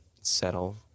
settle